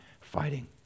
fighting